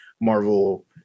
Marvel